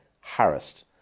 harassed